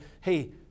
hey